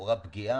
שלכאורה זאת פגיעה,